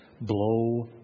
blow